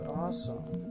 awesome